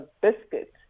biscuit